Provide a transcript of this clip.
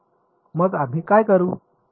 मग आम्ही काय करू